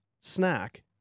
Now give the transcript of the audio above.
snack